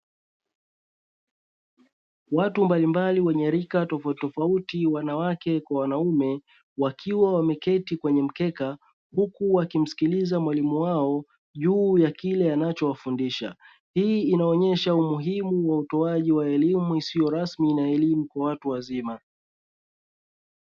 Watu mbalimbali wenye rika tofautitofauti wanawake kwa wanaume wakiwa wameketi kwenye mkeka huku wakimsikiliza mwalimu wao juu ya kile wanachowafundisha. Hii inaonyesha umuhimu wa utoaji wa elimu isiyo rasmi na elimu kwa watu wazima.